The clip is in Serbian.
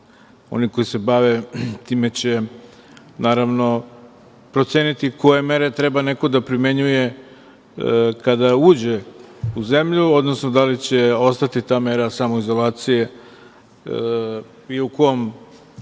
oni koji se bave time će proceniti koje mere treba neko da primenjuje kada uđe u zemlju, odnosno da li će ostati ta mera samoizolacije i u kom